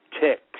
ticks